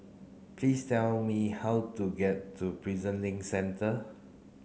please tell me how to get to Prison Link Centre